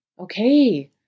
okay